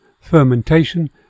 fermentation